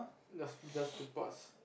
just just to pass